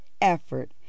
effort